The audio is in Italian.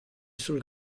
sul